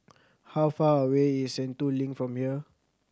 how far away is Sentul Link from here